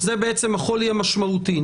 זה בעצם החולי המשמעותי.